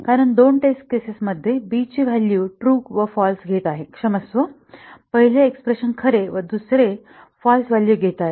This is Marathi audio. कारण दोन टेस्ट केसेस मध्ये b ची व्हॅल्यू ट्रू व फाल्स घेत आहे क्षमस्व पहिले एक्स्प्रेशन खरे व फाल्स व्हॅल्यू घेत आहे